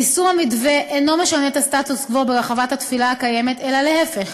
יישום המתווה אינו משנה את הסטטוס-קוו ברחבת התפילה הקיימת אלא להפך,